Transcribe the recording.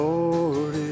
Lord